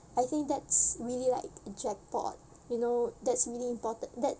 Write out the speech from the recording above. I think that's really like a jackpot you know that's really important that